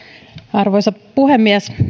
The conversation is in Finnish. arvoisa puhemies